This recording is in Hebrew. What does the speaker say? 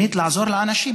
שנית, לעזור לאנשים.